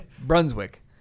brunswick